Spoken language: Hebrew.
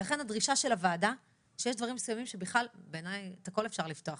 הדרישה של הוועדה היא שיש דברים מסוימים בעיניי את הכל אפשר לפתוח,